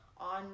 on